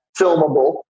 filmable